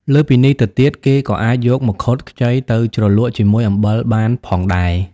លើសពីនេះទៅទៀត គេក៏អាចយកមង្ឃុតខ្ចីទៅជ្រលក់ជាមួយអំបិលបានផងដែរ។